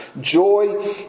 Joy